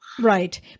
Right